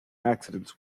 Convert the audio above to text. accidents